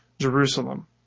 Jerusalem